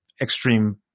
extreme